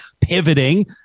pivoting